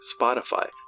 Spotify